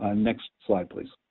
ah next slide please.